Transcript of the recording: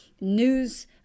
news